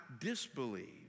disbelieve